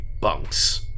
bunks